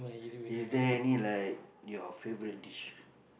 is there any like your favourite dish